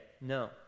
No